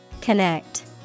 Connect